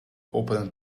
opened